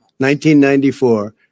1994